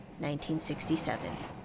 1967